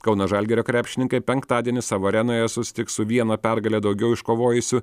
kauno žalgirio krepšininkai penktadienį savo arenoje susitiks su viena pergale daugiau iškovojusiu